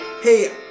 hey